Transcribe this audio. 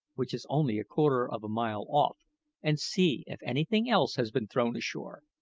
which is only a quarter of a mile off and see if anything else has been thrown ashore.